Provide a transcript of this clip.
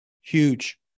huge